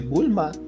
Bulma